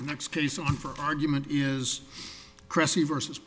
next case on for argument is chrissy versus